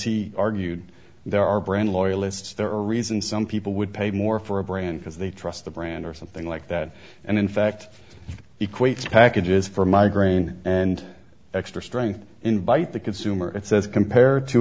he argued there are brand loyalists there are reasons some people would pay more for a brand because they trust the brand or something like that and in fact equates packages for migraine and extra strength in bite the consumer says compared to